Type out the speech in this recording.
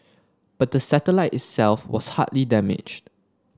but the satellite itself was hardly damaged